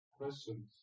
questions